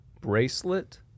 bracelet